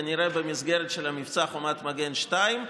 כנראה במסגרת מבצע חומת מגן 2,